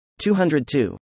202